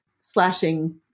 slashing